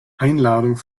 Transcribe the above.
einladung